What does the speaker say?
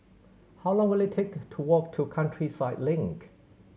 how long will it take to walk to Countryside Link